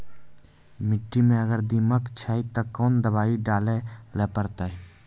मिट्टी मे अगर दीमक छै ते कोंन दवाई डाले ले परतय?